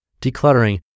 Decluttering